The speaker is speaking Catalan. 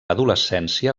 adolescència